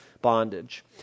bondage